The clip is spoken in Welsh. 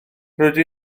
rydw